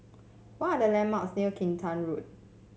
what are the landmarks near Kinta Road